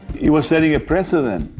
he was setting a precedent.